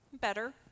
better